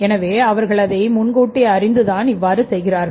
எனவே அவர்கள் அதை முன்கூட்டிஅறிந்துதான் இவ்வாறு செய்கிறார்கள்